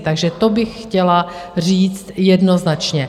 Takže to bych chtěla říct jednoznačně.